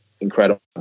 incredible